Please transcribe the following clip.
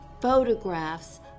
photographs